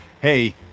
hey